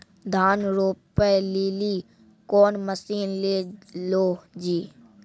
धान रोपे लिली कौन मसीन ले लो जी?